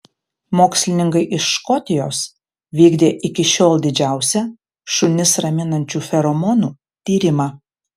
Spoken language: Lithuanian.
mokslininkai iš škotijos vykdė iki šiol didžiausią šunis raminančių feromonų tyrimą